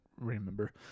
remember